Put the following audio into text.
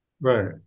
Right